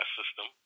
system